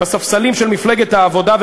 בספסלים של מפלגת העבודה,